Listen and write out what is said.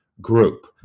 group